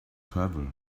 travel